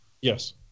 Yes